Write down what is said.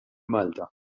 malta